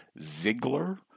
Ziegler